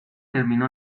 terminó